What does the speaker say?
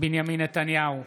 בנימין נתניהו,